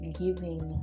giving